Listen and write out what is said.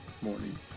morning